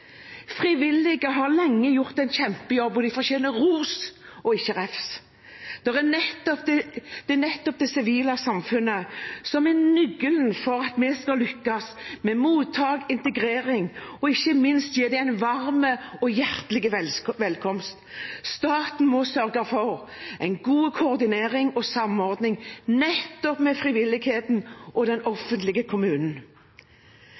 Frivillige har lenge gjort en kjempejobb, og de fortjener ros og ikke refs. Det er nettopp det sivile samfunnet som er nøkkelen for at vi skal lykkes med mottak og integrering og ikke minst med å gi dem en varm og hjertelig velkomst. Staten må sørge for en god koordinering og samordning nettopp med frivilligheten og